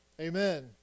Amen